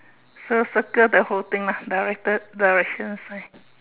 so circle the whole thing lah director direction sign